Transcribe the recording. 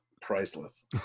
priceless